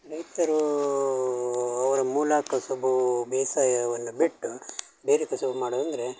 ರೈತರು ಅವ್ರ ಮೂಲ ಕಸುಬು ಬೇಸಾಯವನ್ನು ಬಿಟ್ಟು ಬೇರೆ ಕಸುಬು ಮಾಡೋದಂದರೆ